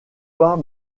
pas